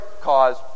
cause